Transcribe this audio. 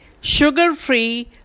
Sugar-Free